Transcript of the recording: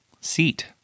seat